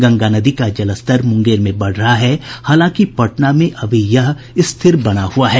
गंगा नदी का जलस्तर मुंगेर में बढ़ रहा है हालांकि पटना में अभी यह स्थिर बना हुआ है